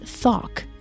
Thok